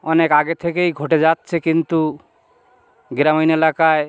অনেক আগে থেকেই ঘটে যাচ্ছে কিন্তু গ্রামীণ এলাকায়